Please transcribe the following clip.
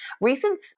recent